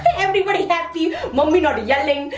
everybody's happy! mommy's not yelling,